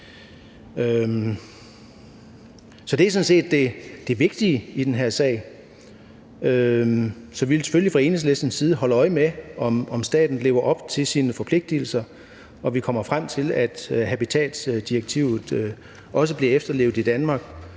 Så det er sådan set det vigtige i den her sag, og vi vil selvfølgelig fra Enhedslistens side holde øje med, om staten lever op til sine forpligtigelser og vi kommer frem til, at habitatsdirektivet også bliver efterlevet i Danmark,